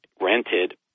rented